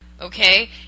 okay